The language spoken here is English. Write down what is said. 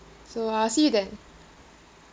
so uh see you then